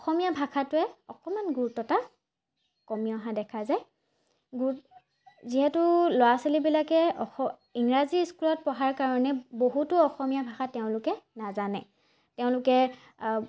অসমীয়া ভাষাটোৱে অকণমান গুৰুত্বতা কমি অহা দেখা যায় গুৰু যিহেতু ল'ৰা ছোৱালীবিলাকে অস ইংৰাজী স্কুলত পঢ়াৰ কাৰণে বহুতো অসমীয়া ভাষা তেওঁলোকে নাজানে তেওঁলোকে